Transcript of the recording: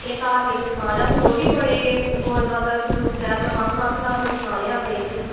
ਅਤੇ ਧਾਰਮਿਕ ਸਥਾਨ ਹੈ ਹੋਰ ਵੀ ਬੜੇ ਗੋਬਿੰਦਵਾਲ ਸਾਹਿਬ ਖਡੂਰ ਸਾਹਿਬ ਵੱਖ ਵੱਖ ਧਾਰਮਿਕ ਸਥਾਨ ਆ ਆਪਣੇ ਇੱਥੇ